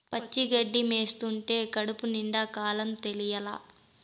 పచ్చి గడ్డి మేస్తంటే కడుపు నిండే కాలం తెలియలా